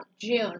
June